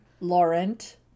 Laurent